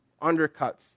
undercuts